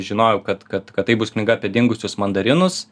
žinojau kad kad kad tai bus knyga apie dingusius mandarinus